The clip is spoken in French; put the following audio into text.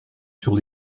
sur